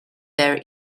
their